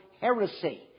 heresy